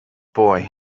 boy